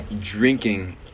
drinking